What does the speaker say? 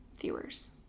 viewers